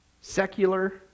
Secular